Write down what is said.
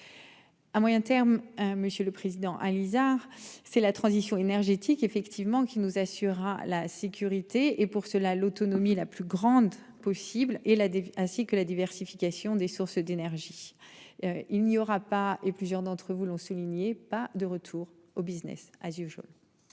À moyen terme hein. Monsieur le Président. Alizard c'est la transition énergétique effectivement qui nous assurera la sécurité et pour cela l'autonomie la plus grande possible et là, ainsi que la diversification des sources d'énergie. Il n'y aura pas et plusieurs d'entre vous l'ont souligné, pas de retour au Business as Usual.--